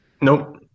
Nope